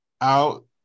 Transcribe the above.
out